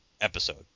episode